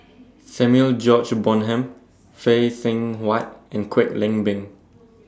Samuel George Bonham Phay Seng Whatt and Kwek Leng Beng